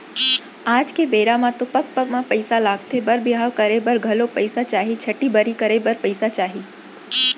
आज के बेरा म तो पग पग म पइसा लगथे बर बिहाव करे बर घलौ पइसा चाही, छठ्ठी बरही करे बर पइसा चाही